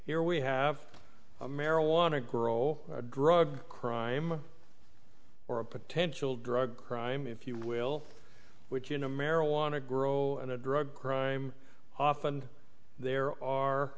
here we have a marijuana grow a drug crime or a potential drug crime if you will which in a marijuana grow in a drug crime often there are